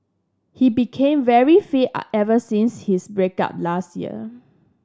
he became very fit are ever since his break up last year